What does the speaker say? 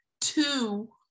two